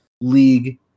league